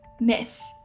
miss